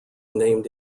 named